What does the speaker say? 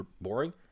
boring